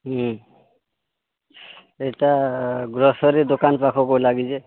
ଏହିଟା ଗ୍ରୋସରୀ ଦୋକାନ ପାଖକୁ ଲାଗିଛି